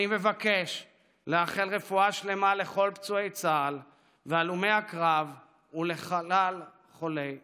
אני מבקש לאחל רפואה שלמה לכל פצועי צה"ל והלומי הקרב ולכלל חולי ישראל.